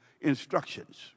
instructions